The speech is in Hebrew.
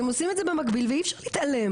אתם עושים את זה במקביל ואי אפשר להתעלם,